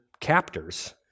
captors